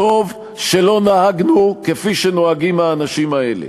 טוב שלא נהגנו כפי שנוהגים האנשים האלה.